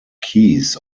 keys